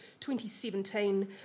2017